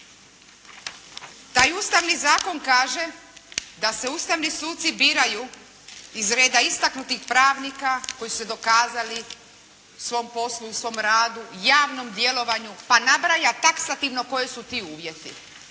Taj Ustavni zakon kaže da se ustavni suci biraju iz reda istaknutih pravnika koji su se dokazali u svom poslu, u svom radu, javnom djelovanju pa nabraja taksativno koji su ti uvjeti.